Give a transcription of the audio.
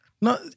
No